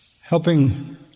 helping